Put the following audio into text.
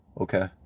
okay